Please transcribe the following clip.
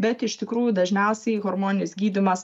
bet iš tikrųjų dažniausiai hormoninis gydymas